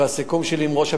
והסיכום שלי עם ראש הממשלה,